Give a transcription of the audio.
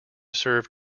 serve